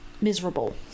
miserable